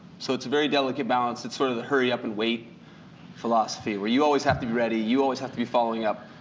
so, it's a very delicate balance. it's sort of a hurry up and wait philosophy. where you always have to be ready, you always have to be following up.